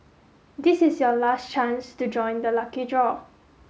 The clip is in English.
this is your last chance to join the lucky draw